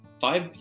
five